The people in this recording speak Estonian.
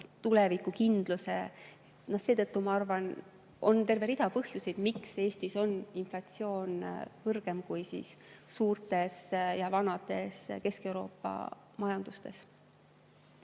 tulevikukindluses. Ma arvan, on terve rida põhjuseid, miks Eestis on inflatsioon kõrgem kui suurtes ja vanades Kesk-Euroopa majandustes.